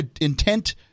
intent